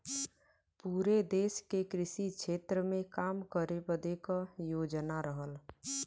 पुरे देस के कृषि क्षेत्र मे काम करे बदे क योजना रहल